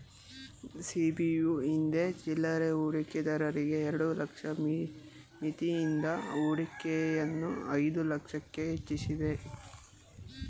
ಸಿ.ಬಿ.ಯು ಹಿಂದೆ ಚಿಲ್ಲರೆ ಹೂಡಿಕೆದಾರರಿಗೆ ಎರಡು ಲಕ್ಷ ಮಿತಿಯಿದ್ದ ಹೂಡಿಕೆಯನ್ನು ಐದು ಲಕ್ಷಕ್ಕೆ ಹೆಚ್ವಸಿದೆ